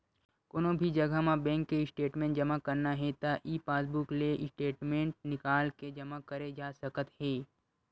कोनो भी जघा म बेंक के स्टेटमेंट जमा करना हे त ई पासबूक ले स्टेटमेंट निकाल के जमा करे जा सकत हे